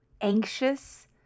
anxious